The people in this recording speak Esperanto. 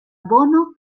bono